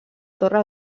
torre